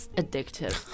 addictive